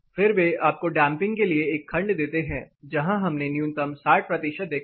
फिर वे आपको डैंपिंग के लिए एक खंड देते हैं जहां हमने न्यूनतम 60 प्रतिशत देखा था